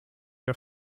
der